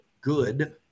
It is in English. good